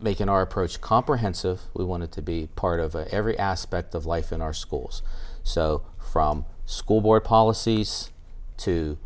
making our approach comprehensive we wanted to be part of every aspect of life in our schools so from school board policies to